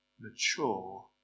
mature